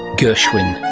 gershwin.